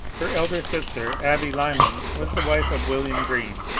her elder sister abby lyman was the wife of william greene,